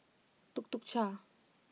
Tuk Tuk Cha